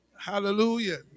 Hallelujah